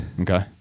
okay